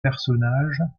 personnages